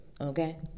Okay